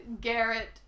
Garrett